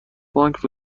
بانک